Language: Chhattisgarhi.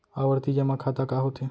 आवर्ती जेमा खाता का होथे?